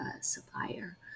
supplier